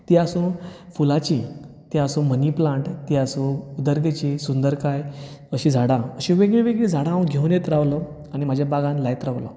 तीं आसुं फुलांची तीं आसुं मनी प्लांट तीं आसुं उदरतेची सुंदरकाय अशीं झाडां अशीं वेगळीं वेगळीं झाडा हांव घेवन येत रावलो आनी म्हाज्या बागान लायत रावलो